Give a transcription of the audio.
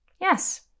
Yes